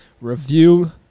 review